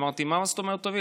אמרתי: מה זאת אומרת "תוביל",